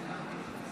54